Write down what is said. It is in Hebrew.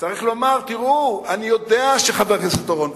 צריך לומר: תראו, אני יודע שחבר הכנסת אורון צודק,